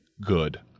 good